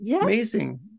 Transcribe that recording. amazing